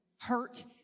hurt